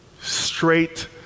straight